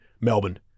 Melbourne